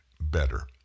better